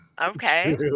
okay